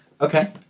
okay